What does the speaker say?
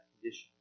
condition